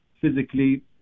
Physically